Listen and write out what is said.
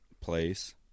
place